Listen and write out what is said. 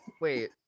wait